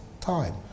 time